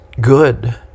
good